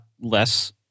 less